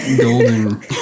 Golden